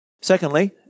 Secondly